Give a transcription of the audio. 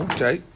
Okay